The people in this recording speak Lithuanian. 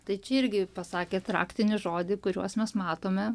tai čia irgi pasakėt raktinį žodį kuriuos mes matome